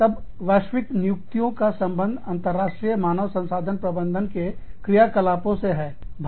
तब वैश्विक नियुक्तियो का संबंध अंतर्राष्ट्रीय मानव संसाधन प्रबंधन के क्रियाकलापों से है